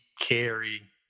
Carry